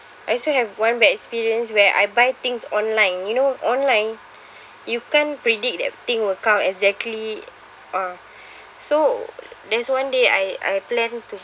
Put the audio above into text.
I also have one bad experience where I buy things online you know online you can't predict that thing will come exactly ah or so there's one day I I plan to